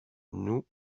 nous